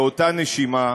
באותה נשימה,